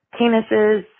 penises